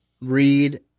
read